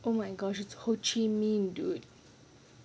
oh my gosh it's ho chi minh dude